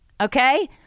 okay